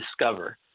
discover